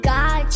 God